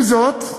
עם זאת,